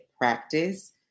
practice